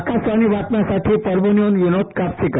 आकाशवाणी बातम्यासाठी परभणीवरून विनोद कापसीकर